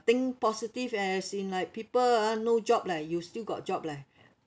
think positive as in like people ah no job leh you still got job leh